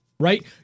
Right